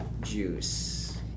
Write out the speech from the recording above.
juice